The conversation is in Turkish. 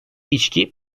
i̇çki